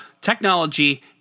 technology